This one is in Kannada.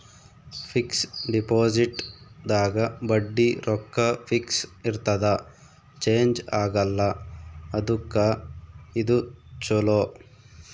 ಫಿಕ್ಸ್ ಡಿಪೊಸಿಟ್ ದಾಗ ಬಡ್ಡಿ ರೊಕ್ಕ ಫಿಕ್ಸ್ ಇರ್ತದ ಚೇಂಜ್ ಆಗಲ್ಲ ಅದುಕ್ಕ ಇದು ಚೊಲೊ